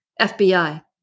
FBI